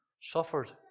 suffered